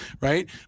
right